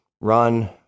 run